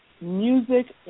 music